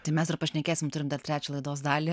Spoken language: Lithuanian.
tai mes ir pašnekėsim turim dar trečią laidos dalį